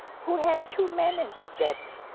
who had two men in his debt,